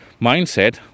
mindset